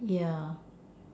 yeah